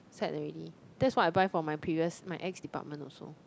set already that's what I buy for my previous my ex department also